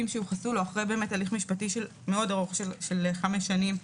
שיוחסו לו אחרי הליך משפטי מאוד ארוך של חמש שנים,